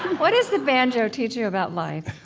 what does the banjo teach you about life?